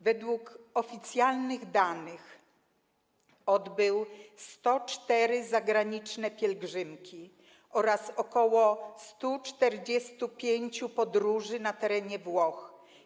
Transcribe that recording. Według oficjalnych danych odbył 104 zagraniczne pielgrzymki oraz ok. 145 podróży na terenie Włoch.